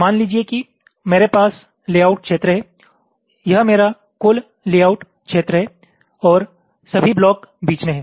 मान लीजिए कि मेरे पास लेआउट क्षेत्र है यह मेरा कुल लेआउट क्षेत्र है और सभी ब्लॉक बीच में हैं